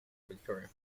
victoria